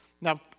Now